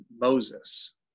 Moses